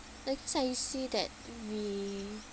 like cause I see that we